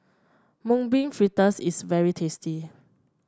Mung Bean Fritters is very tasty